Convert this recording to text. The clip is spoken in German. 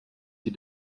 die